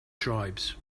tribes